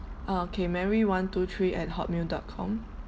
ah K mary one two three at hotmail dot com